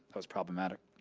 was problematic.